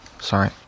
Sorry